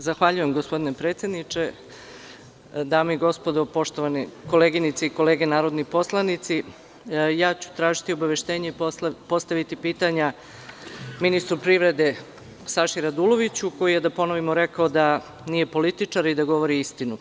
Zahvaljujem gospodine predsedniče, koleginice i kolege narodni poslanici, tražiti ću obaveštenje i postaviti pitanja ministru privrede Saši Raduloviću koji je, da ponovimo, rekao da nije političar i da govori istinu.